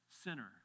sinner